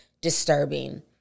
disturbing